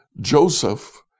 Joseph